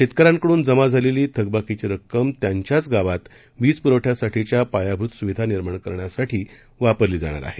शेतकऱ्यांकडून जमा झालेली थकबाकीची रक्कम त्यांच्याच गावात वीजपुरवठ्यासाठीच्या पायाभूत सुविधा निर्माण करण्यासाठी वापरली जाणार आहे